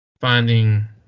finding